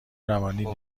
روانی